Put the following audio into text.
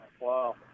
Wow